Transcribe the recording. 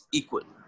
equal